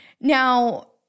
Now